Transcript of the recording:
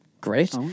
Great